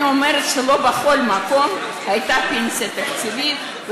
אני אומרת שלא בכל מקום הייתה פנסיה תקציבית,